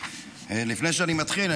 לפני שאני מתחיל,